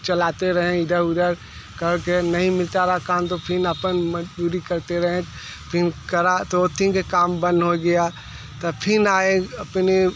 चलाते रहें इधर उधर कर के नहीं मिलता रहा काम तो फिर अपन मज़दूरी करते रहें फिर करा दो तीन ये काम बन हो गया तब फिर आए अपने